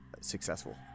successful